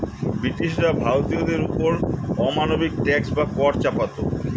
ব্রিটিশরা ভারতীয়দের ওপর অমানবিক ট্যাক্স বা কর চাপাতো